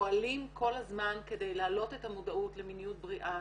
שפועלים כל הזמן כדי להעלות את המודעות למיניות בריאה,